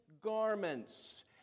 garments